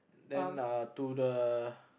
then uh to the